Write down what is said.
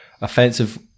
offensive